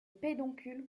pédoncule